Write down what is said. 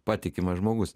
patikimas žmogus